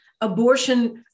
abortion